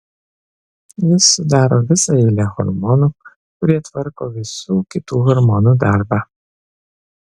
jis sudaro visą eilę hormonų kurie tvarko visų kitų hormonų darbą